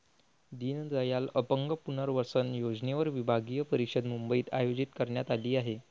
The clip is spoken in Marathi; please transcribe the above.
दीनदयाल अपंग पुनर्वसन योजनेवर विभागीय परिषद मुंबईत आयोजित करण्यात आली आहे